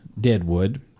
Deadwood